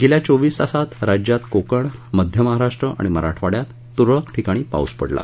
गेल्या चोवीस तासात राज्यात कोकण मध्य महाराष्ट्र आणि मराठवाड्यात तुरळक ठिकाणी पाऊस पडला